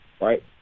right